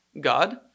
God